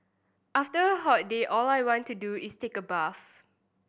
after a hot day all I want to do is take a bath